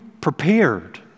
prepared